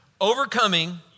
Overcoming